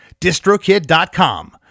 distrokid.com